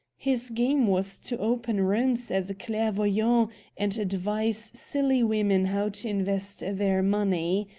his game was to open rooms as a clairvoyant, and advise silly women how to invest their money.